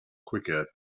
quicker